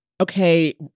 okay